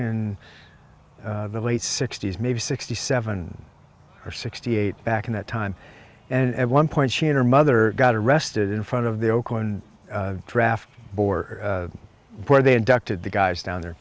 in the late sixty's maybe sixty seven or sixty eight back in that time and at one point she and her mother got arrested in front of the oakland draft board where they inducted the guys down there